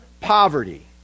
poverty